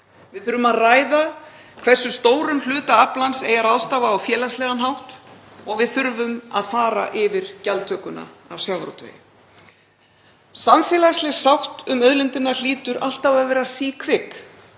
Við þurfum að ræða hversu stórum hluta aflans eigi að ráðstafa á félagslegan hátt og við þurfum að fara yfir gjaldtökuna af sjávarútvegi. Samfélagsleg sátt um auðlindina hlýtur alltaf að vera síkvik